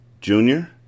Junior